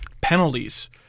penalties